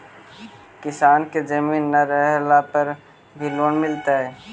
किसान के जमीन न रहला पर भी लोन मिलतइ?